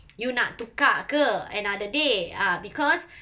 you nak tukar ke another day ah because